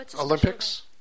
Olympics